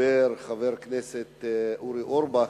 כשדיבר חבר הכנסת אורי אורבך,